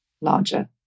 larger